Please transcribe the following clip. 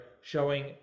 showing